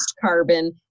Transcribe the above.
carbon